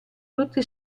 tutti